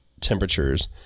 temperatures